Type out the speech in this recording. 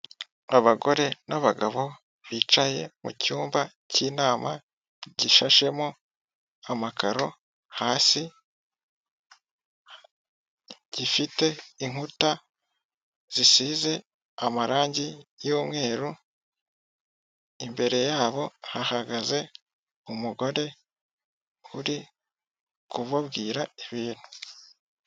Abagore n'abagabo bicaye mu cyumba cy'inama, gishashemo amakaro hasi, gifite inkuta zisize amarangi y'umweru, imbere yabo hahagaze umugore uri kubabwira ibintu.